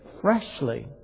freshly